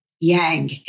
yang